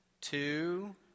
two